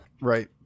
Right